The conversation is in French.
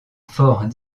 fort